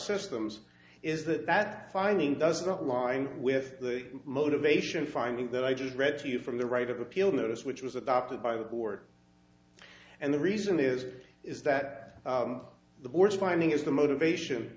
systems is that that finding doesn't line up with the motivation finding that i just read to you from the right of appeal notice which was adopted by the board and the reason is is that the board's finding is the motivation